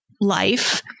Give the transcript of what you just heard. life